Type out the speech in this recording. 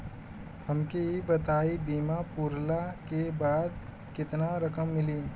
हमके ई बताईं बीमा पुरला के बाद केतना रकम मिली?